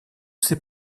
ces